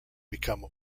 become